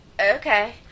okay